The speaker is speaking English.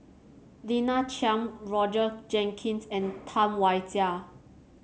Lina Chiam Roger Jenkins and Tam Wai Jia